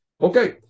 Okay